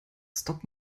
stop